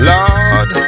Lord